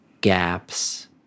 gaps